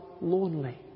lonely